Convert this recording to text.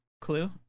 clue